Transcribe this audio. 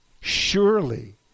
surely